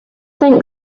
think